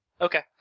Okay